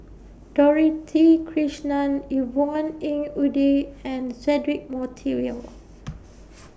Dorothy Krishnan Yvonne Ng Uhde and Cedric Monteiro